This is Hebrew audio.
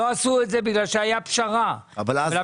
לא עשו את זה בגלל שהייתה פשרה והפשרה